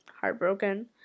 heartbroken